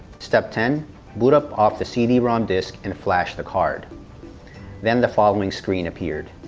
step ten boot up off the cd-rom disc and flash the card then the following screen appeared